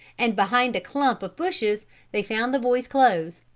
and behind a clump of bushes they found the boys' clothes.